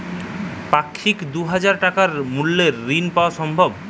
পাক্ষিক দুই হাজার টাকা মূল্যের ঋণ পাওয়া সম্ভব?